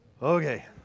Okay